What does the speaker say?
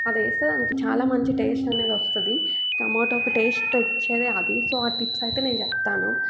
అది వేస్తే దానికి చాలా మంచి టేస్ట్ అనేది వస్తుంది టమాటోకి టేస్ట్ వచ్చేదే అది సొ ఆ టిప్స్ అయితే నేను చెప్తాను